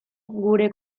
gure